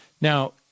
Now